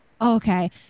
Okay